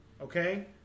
Okay